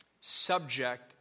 subject